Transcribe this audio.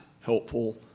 helpful